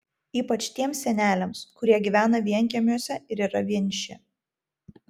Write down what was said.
ypač tiems seneliams kurie gyvena vienkiemiuose ir yra vieniši